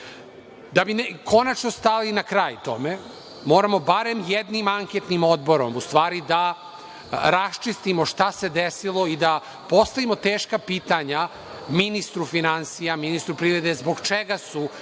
bi konačno stali na kraj tome, moramo barem jednim anketnim odborom u stvari da raščistimo šta se desilo i da postavimo teška pitanja ministru finansija, ministru privrede - zbog čega su